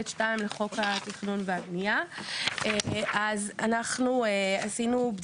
אז אנחנו נעבור כרגע לחלק הראשון.